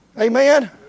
Amen